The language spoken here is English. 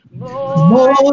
More